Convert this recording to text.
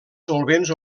solvents